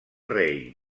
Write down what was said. rei